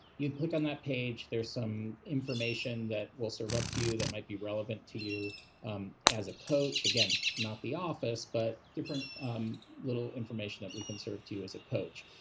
you click on that page, there is some information that will serve up to you that might be relevant to you as a coach. again, not the office, but different little information that we can serve to you as a coach.